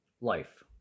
life